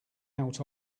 out